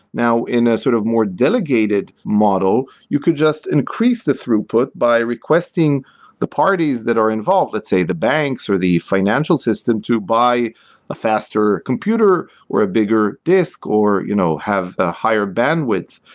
now in a sort of more delegated model, you could just increase the throughput by requesting the parties that are involved, let's say the banks or the financial system to buy a faster computer or a bigger disk or you know have a higher bandwidth.